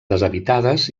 deshabitades